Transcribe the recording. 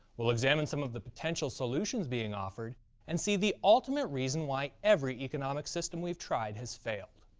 we'll examine some of the potential solutions being offered and see the ultimate reason why every economic system we've tried has failed.